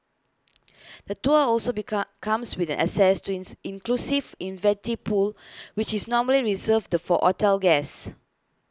the tour also become comes with an access to in inclusive infinity pool which is normally reserved for hotel guests